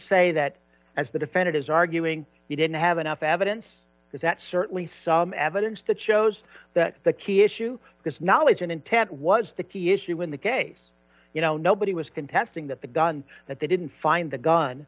say that as the defendant is arguing you didn't have enough evidence that certainly some evidence that shows that the key issue because knowledge and intent was the key issue in the case you know nobody was contesting that the gun that they didn't find the gun